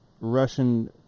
Russian